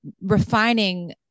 refining